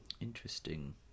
Interesting